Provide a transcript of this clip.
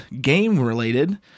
game-related